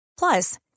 Plus